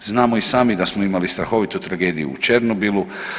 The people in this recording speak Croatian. Znamo i sami da smo imali strahovitu tragediju u Černobilu.